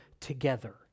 together